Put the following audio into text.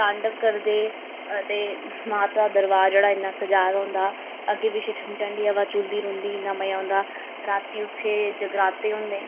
तांडव करदे ते माता दा दरबार जेह्ड़ा इन्ना सज़ाए दा होंदा अग्गें पिच्छे ठंडी ठंडी हवा चुलदी रौंह्दी इन्ना मज़ा होंदा राती उत्थें जगराते होंदे